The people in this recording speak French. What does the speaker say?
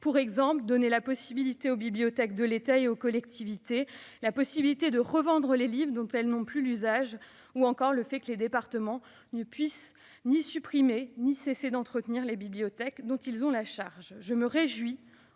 deux exemples : la possibilité donnée aux bibliothèques de l'État et aux collectivités de revendre les livres dont elles n'ont plus l'usage ; ou encore le fait que les départements ne pourront ni supprimer ni cesser d'entretenir les bibliothèques dont ils ont la charge. Je me réjouis